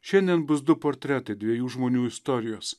šiandien bus du portretai dviejų žmonių istorijos